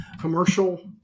Commercial